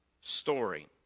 story